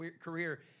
career